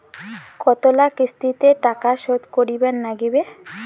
কতোলা কিস্তিতে টাকা শোধ করিবার নাগীবে?